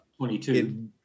22